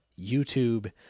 YouTube